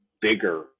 bigger